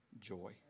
joy